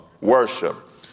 worship